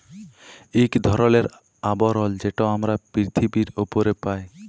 ইক ধরলের আবরল যেট আমরা পিরথিবীর উপরে পায়